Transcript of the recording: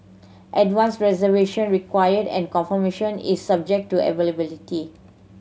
advance reservation required and confirmation is subject to availability